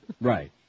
Right